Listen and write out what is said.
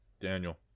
Daniel